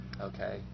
Okay